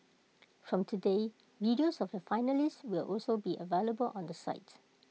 from today videos of the finalists will also be available on the site